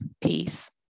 Peace